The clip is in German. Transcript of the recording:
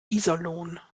iserlohn